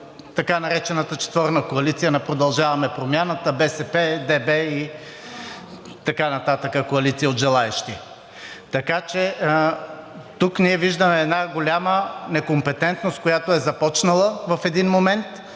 така наречената четворна коалиция на „Продължаваме Промяната“, БСП, ДБ и така нататък, коалиция от желаещи. Така че тук ние виждаме една голяма некомпетентност, която е започнала в един момент,